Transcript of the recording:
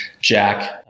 jack